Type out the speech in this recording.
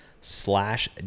slash